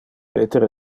peter